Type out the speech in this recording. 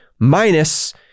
minus